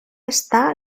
esta